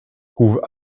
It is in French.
couvent